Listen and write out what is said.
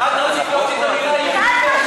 את רצית להוסיף למילה "יהודי"